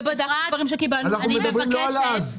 ובדקנו דברים שקיבלנו --- אנחנו לא מדברים על אז.